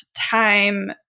time